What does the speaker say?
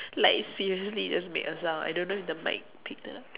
like seriously it just made a sound I don't know if the mic picked it up